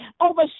over